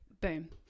Boom